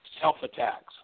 self-attacks